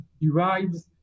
derives